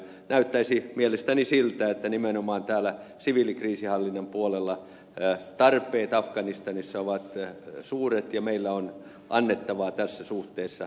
näyttäisi mielestäni siltä että nimenomaan täällä siviilikriisinhallinnan puolella tarpeet afganistanissa ovat suuret ja meillä on annettavaa tässä suhteessa